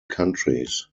countries